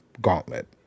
Gauntlet